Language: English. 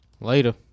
Later